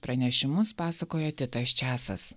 pranešimus pasakoja titas čiasas